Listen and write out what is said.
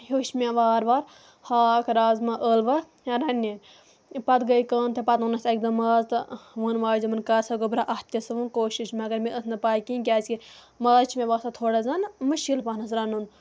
ہیوٚچھ مےٚ وارٕ وارٕ ہاکھ رازما ٲلوٕ رَننہِ پَتہٕ گٔے کٲم تہٕ پَتہٕ اوٚن اَسہِ اَکہِ دۄہ ماز تہٕ ووٚن ماجہِ یِمَن کَر سا گۄبرا اَتھ تہِ صُبحن کوشِش مگر مےٚ ٲس نہٕ پاے کِہیٖنۍ کیٛازِکہِ ماز چھِ مےٚ باسان تھوڑا زَن مشکل پہنَتھ رَنُن